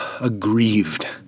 aggrieved